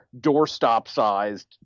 doorstop-sized